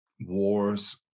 wars